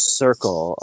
circle